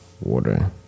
Water